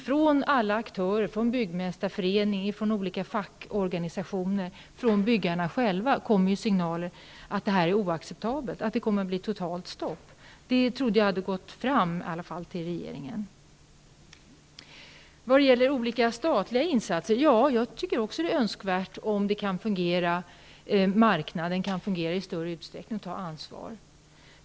Från alla aktörer -- från Byggmästarföreningen, från olika fackorganisationer och från byggarna själva -- kommer signaler om att det här är oacceptabelt och att det kommer att bli totalt stopp i byggandet. Det trodde jag i alla fall hade gått fram till regeringen. Vad gäller olika statliga insatser tycker jag också att det är önskvärt att marknaden kan fungera i större utsträckning och ta sitt ansvar.